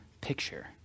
picture